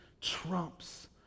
trumps